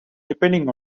depending